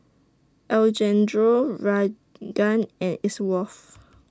Alejandro Raegan and Elsworth